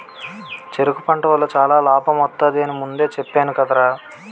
చెరకు పంట వల్ల చాలా లాభమొత్తది అని ముందే చెప్పేను కదరా?